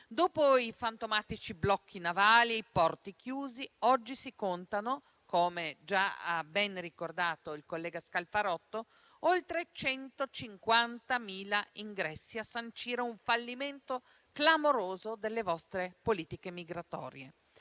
Dopo i fantomatici blocchi navali e i porti chiusi, oggi si contano - come ha già ben ricordato il collega Scalfarotto - oltre 150.000 ingressi, a sancire un fallimento clamoroso delle vostre politiche migratorie.